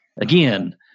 again